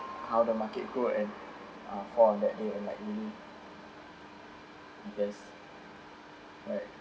how the market grow and uh for that day and like really invest right